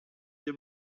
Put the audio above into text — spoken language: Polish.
nie